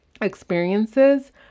experiences